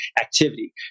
activity